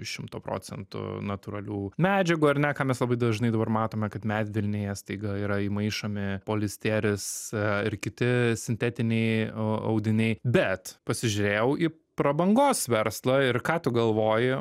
iš šimto procentų natūralių medžiagų ar ne ką mes labai dažnai dabar matome kad medvilnėje staiga yra įmaišomi polisteris a ir kiti sintetiniai a audiniai bet pasižiūrėjau į prabangos verslą ir ką tu galvoji